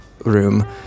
Room